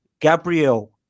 Gabriel